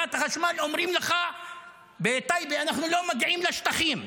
לחברת החשמל ואומרים לך בטייבה: אנחנו לא מגיעים לשטחים,